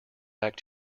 back